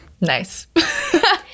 Nice